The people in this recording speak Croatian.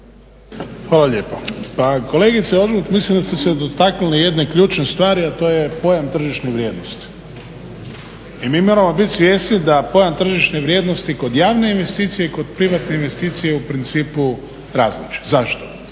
Hvala lijepo. Pa kolegice Ožbolt, mislim da ste se dotaknuli jedne ključne stvari, a to je pojam tržišne vrijednosti i mi moramo biti svjesni da je pojam tržišne vrijednosti kod javne investicije i kod privatne investicije u principu različit. Zašto?